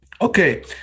Okay